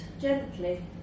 gently